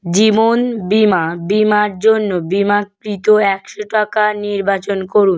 জীবন বীমা বিমার জন্য বিমাকৃত একশো টাকা নির্বাচন করুন